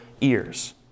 ears